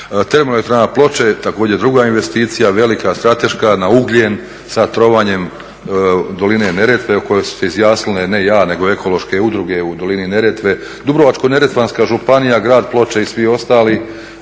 Termo elektrana Ploče, također druga investicija velika, strateška, na ugljen sa trovanjem Doline Neretve o kojoj su se izjasnile, ne ja, nego ekološke udruge u Dolini Neretve. Dubrovačko-neretvanska županija, grad Ploče i svi ostali,